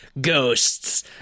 Ghosts